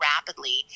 rapidly